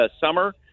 summer